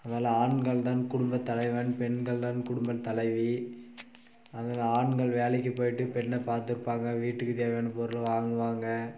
அதனால் ஆண்கள் தான் குடும்பத்தலைவன் பெண்கள் தான் குடும்பத்தலைவி அதனால் ஆண்கள் வேலைக்கு போய்ட்டு பெண்ணை பார்த்துப்பாங்க வீட்டுக்கு தேவையான பொருளை வாங்குவாங்க